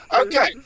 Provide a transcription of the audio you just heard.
Okay